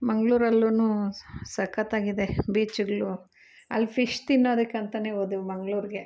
ಮಂಗ್ಳೂರಲ್ಲು ಸಕ್ಕತ್ತಾಗಿದೆ ಬೀಚುಗಳು ಅಲ್ಲಿ ಫಿಶ್ ತಿನ್ನೋದಕ್ಕಂತ ಹೋದೆವ್ ಮಂಗ್ಳೂರಿಗೆ